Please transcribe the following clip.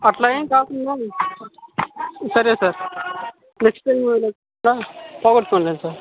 అట్లా ఏం కాకుండా సరే సార్ నెక్స్ట్ టైం ఇలా పోగొట్టుకోనులేండి సార్